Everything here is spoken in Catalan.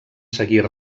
seguir